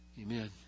Amen